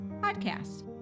podcast